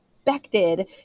expected